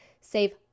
save